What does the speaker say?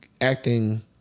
acting